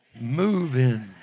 moving